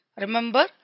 remember